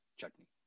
chutney